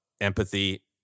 empathy